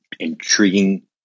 intriguing